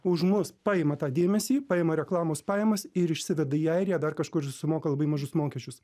už mus paima tą dėmesį paima reklamos pajamas ir išsiveda į airiją dar kažkur susimoka labai mažus mokesčius